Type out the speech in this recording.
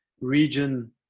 region